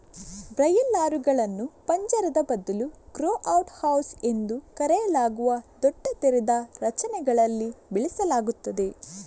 ಬ್ರಾಯ್ಲರುಗಳನ್ನು ಪಂಜರದ ಬದಲು grow out house ಎಂದು ಕರೆಯಲಾಗುವ ದೊಡ್ಡ ತೆರೆದ ರಚನೆಗಳಲ್ಲಿ ಬೆಳೆಸಲಾಗುತ್ತದೆ